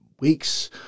Weeks